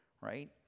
right